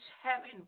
heaven